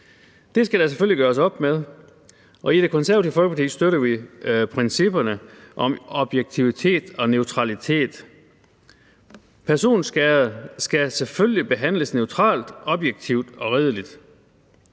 Det skal der selvfølgelig gøres op med, og i Det Konservative Folkeparti støtter vi principperne om objektivitet og neutralitet. Personskader skal selvfølgelig behandles neutralt, objektivt og redeligt.